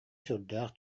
сүрдээх